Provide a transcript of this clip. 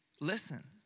listen